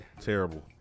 terrible